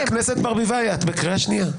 חברת הכנסת ברביבאי, את בקריאה שנייה.